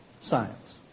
science